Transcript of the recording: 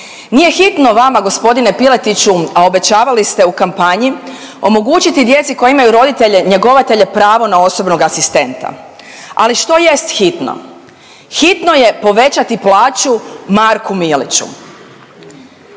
Nije hitno vama, g. Piletiću, a obećavali ste u kampanji, omogućiti djeci koji imaju roditelje njegovatelje pravo na osobnog asistenta. Ali što jest hitno? Hitno je povećati plaću Marku Miliću.